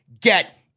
get